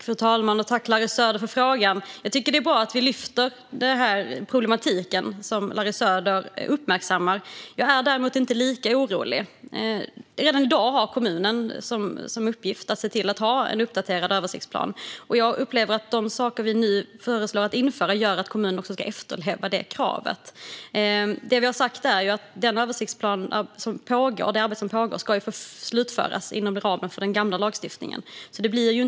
Fru talman! Tack, Larry Söder, för frågan! Jag tycker att det är bra att vi lyfter upp den problematik som Larry Söder uppmärksammar. Jag är däremot inte lika orolig. Redan i dag har kommunerna i uppgift att se till att de har uppdaterade översiktsplaner. Jag upplever att de saker som vi nu föreslår ska införas gör att kommunerna ska efterleva detta krav. Det vi har sagt är att det arbete med översiktsplaner som pågår ska slutföras inom ramen för den gamla lagstiftningen.